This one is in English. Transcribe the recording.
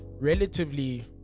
relatively